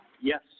Yes